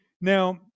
Now